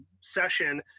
session